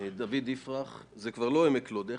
נמצא איתי דוד יפרח שעלה משש